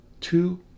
two